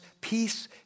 peace